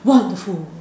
wonderful